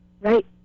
Right